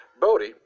Bodie